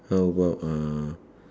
how about uh